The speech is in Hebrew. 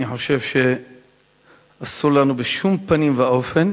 אני חושב שאסור לנו בשום פנים ואופן